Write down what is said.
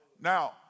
Now